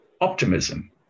optimism